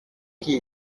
qui